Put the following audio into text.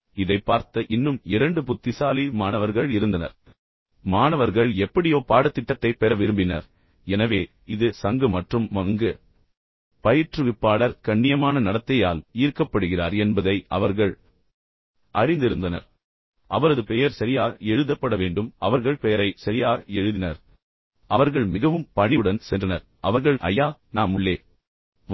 இப்போது இதைப் பார்த்த இன்னும் இரண்டு புத்திசாலித்தனமான மாணவர்கள் இருந்தனர் மாணவர்கள் எப்படியோ பாடத்திட்டத்தைப் பெற விரும்பினர் எனவே இது சங்கு மற்றும் ம ங்கு எனவே அவர்கள் புத்திசாலித்தனமான மாணவர்கள் பயிற்றுவிப்பாளர் கண்ணியமான நடத்தையால் ஈர்க்கப்படுகிறார் என்பதை அவர்கள் அறிந்திருந்தனர் மேலும் அவரது பெயர் சரியாக எழுதப்பட வேண்டும் எனவே அவர்கள் பெயரை சரியாக எழுதினர் பின்னர் அவர்கள் மிகவும் பணிவுடன் சென்றனர் அவர்கள் ஐயா நாம் உள்ளே